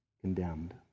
condemned